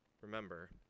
remember